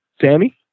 Sammy